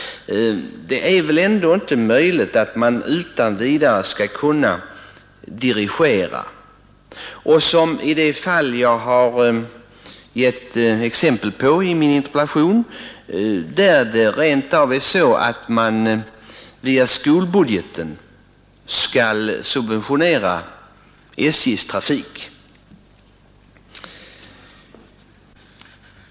Det är väl ändå inte meningen att SJ utan vidare skall kunna dirigera det hela? Jag tänker exempelvis på det fall som jag har angivit i min interpellation, där det rent av är så att kommunen via skolbudgeten skall subventionera SJ:s trafik.